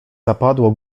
zapadło